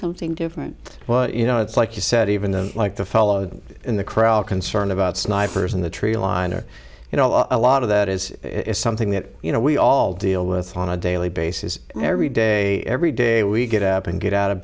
something different but you know it's like you said even though like the fellow in the crowd concerned about snipers in the tree line or you know a lot of that is something that you know we all deal with on a daily basis and every day every day we get up and get out of